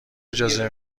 اجازه